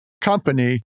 company